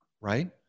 right